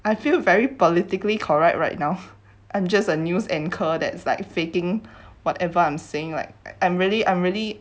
I feel very politically correct right now I'm just a news anchor that like faking whatever I'm seeing like I'm really I'm really